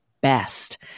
best